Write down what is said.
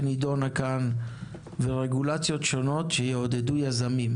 שנידונה כאן; ורגולציות שונות שיעודדו יזמים.